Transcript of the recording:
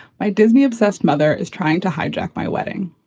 my disney obsessed mother is trying to hijack my wedding.